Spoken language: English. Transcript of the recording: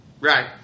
Right